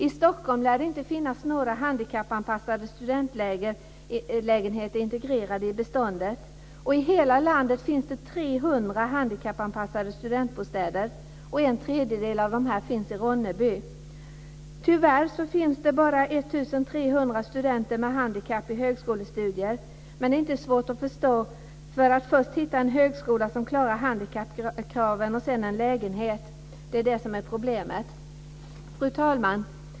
I Stockholm lär det inte finnas några handikappanpassade studentlägenheter integrerade i beståndet. I hela landet finns det 300 handikappanpassade studentbostäder. En tredjedel av dessa finns i Ronneby. Tyvärr finns det bara 1 300 studenter med handikapp i högskolestudier. Men det är inte svårt att förstå att det är så. Först handlar det om att hitta en högskola som klarar handikappkraven och sedan en lägenhet. Det är det som är problemet. Fru talman!